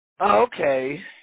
Okay